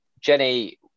Jenny